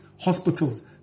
hospitals